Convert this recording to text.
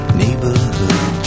neighborhood